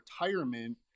retirement